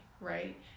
right